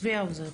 צבי האוזר,